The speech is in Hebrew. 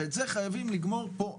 ואת זה חייבים לגמור פה היום.